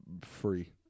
free